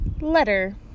Letter